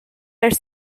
are